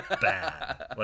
bad